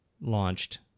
launched